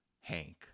Hank